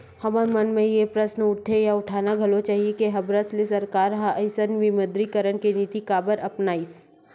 हमर मन मेर ये प्रस्न उठथे या उठाना घलो चाही के हबरस ले सरकार ह अइसन विमुद्रीकरन के नीति काबर अपनाइस?